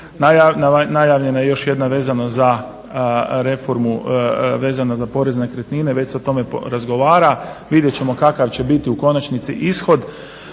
najavljena je još jedna vezano za reformu, vezano za porez na nekretnine, već se o tome razgovara, vidjet ćemo kakav će biti u konačnici ishod.